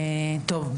טוב,